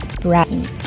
Bratton